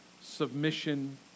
submission